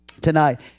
Tonight